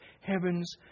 heaven's